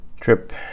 trip